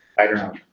i don't know.